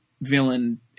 villain